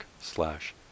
slash